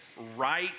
right